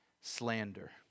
Slander